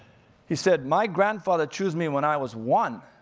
he said, my grandfather choose me when i was one.